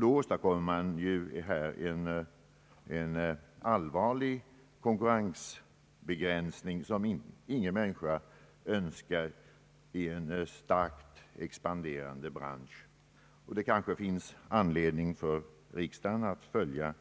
Då åstadkommer man en allvarlig konkurrensbegränsning som ingen människa önskar i en starkt expanderande bransch. Det kanske finns anledning för riksdagen att följa